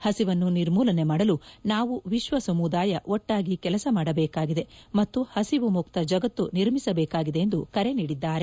ಹಸಿವನ್ನು ನಿರ್ಮೂಲನೆ ಮಾಡಲು ನಾವು ವಿಶ್ವ ಸಮುದಾಯ ಒಟ್ಪಾಗಿ ಕೆಲಸ ಮಾಡಬೇಕಾಗಿದೆ ಮತ್ತು ಹಸಿವು ಮುಕ್ತ ಜಗತ್ತು ನಿರ್ಮಿಸಬೇಕಿದೆ ಎಂದು ಕರೆ ನೀಡಿದ್ದಾರೆ